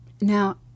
Now